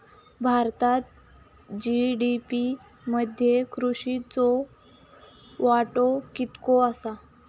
भारतात जी.डी.पी मध्ये कृषीचो वाटो कितको आसा?